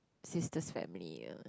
sister's family uh